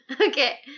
Okay